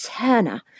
Turner